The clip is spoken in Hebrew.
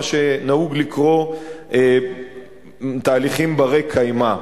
מה שנהוג לקרוא תהליכים בני-קיימא.